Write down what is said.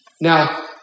Now